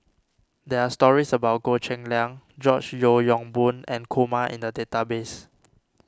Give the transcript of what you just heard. there are stories about Goh Cheng Liang George Yeo Yong Boon and Kumar in the database